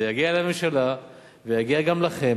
זה יגיע לממשלה ויגיע גם אליכם,